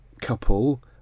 couple